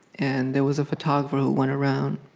and there was a photographer who went around